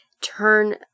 Turn